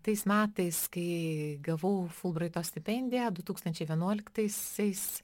tais metais kai gavau fulbraito stipendiją du tūkstančiai vienuoliktaisiais